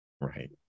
Right